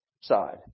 side